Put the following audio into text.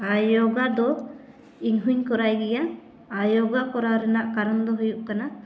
ᱟᱨ ᱫᱚ ᱤᱧᱦᱚᱧ ᱠᱚᱨᱟᱣ ᱜᱮᱭᱟ ᱟᱨ ᱡᱳᱜᱟ ᱠᱚᱨᱟᱣ ᱨᱮᱱᱟᱜ ᱠᱟᱨᱚᱱ ᱫᱚ ᱦᱩᱭᱩᱜ ᱠᱟᱱᱟ